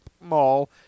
mall